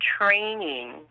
Training